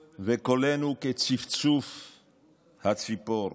23. וקולנו כצפצוף הציפור,